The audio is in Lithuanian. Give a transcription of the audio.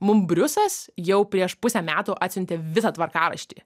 mum briusas jau prieš pusę metų atsiuntė visą tvarkaraštį